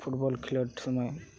football ᱠᱷᱮᱞᱳᱰ ᱥᱚᱢᱚᱭ